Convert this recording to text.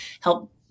help